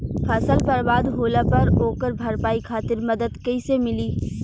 फसल बर्बाद होला पर ओकर भरपाई खातिर मदद कइसे मिली?